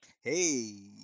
Hey